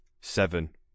Seven